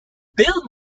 bill